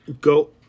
go